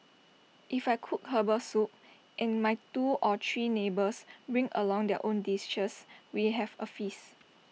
if I cook Herbal Soup and my two or three neighbours bring along their own dishes we have A feast